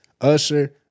Usher